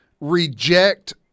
reject